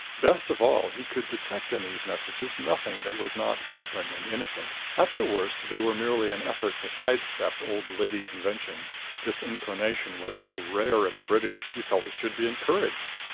best of all, he could detect in these messages nothing that was not open and innocent. at their worst they were merely an effort to side-step old lady convention this inclination was so rare in the british, he felt it should be encouraged.